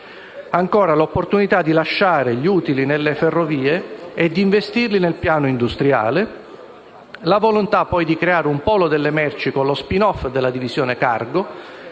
c) l'opportunità di lasciare gli utili nelle Ferrovie e di investirli nel piano industriale; d) la volontà di creare un polo delle merci, con lo *spin off* della divisione *cargo*